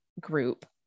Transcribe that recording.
group